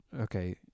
okay